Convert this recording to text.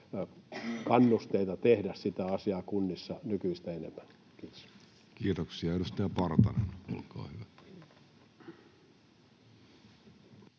kannusteita tehdä sitä asiaa kunnissa nykyistä enemmän? — Kiitos. Kiitoksia. — Edustaja Partanen, olkaa hyvä.